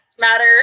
matter